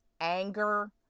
anger